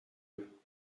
eux